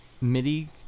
MIDI